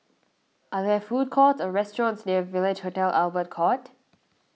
are there food courts or restaurants near Village Hotel Albert Court